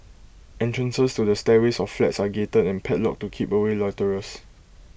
entrances to the stairways of flats are gated and padlocked to keep away loiterers